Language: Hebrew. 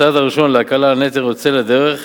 הצעד הראשון להקלה על הנטל יוצא לדרך,